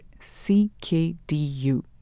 CKDU